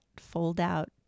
fold-out